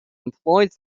employed